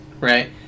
right